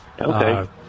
Okay